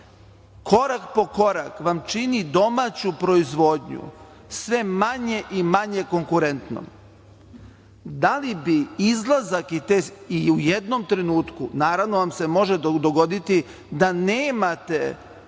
korak po korak vam čini domaću proizvodnju sve manje i manje konkurentnom. Da li bi izlazak i u jednom trenutku, naravno, može se dogoditi da nemate